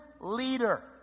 leader